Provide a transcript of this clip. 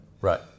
Right